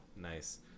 nice